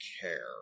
care